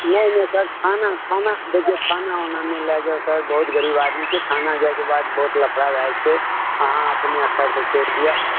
नहि नहि सर देखियौ थाना उना नहि लय जाउ सर हम गरीब आदमी छियै थाना जाइ के बाद बहुत लफड़ा भय जेतै अहाँ अपने स्तर सॅं छोड़ि दिअ